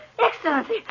Excellency